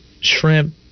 shrimp